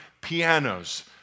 pianos